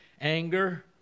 anger